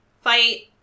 fight